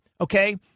okay